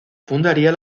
fundaría